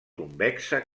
convexa